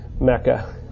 Mecca